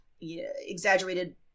exaggerated